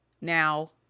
now